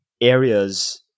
areas